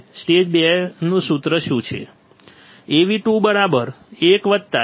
stage બેનું સૂત્ર શું છે Av219